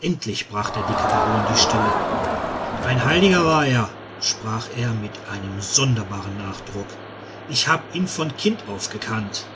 endlich brach der dicke baron die stille ein heiliger war er sprach er mit einem sonderbaren nachdruck ich hab ihn von kind auf gekannt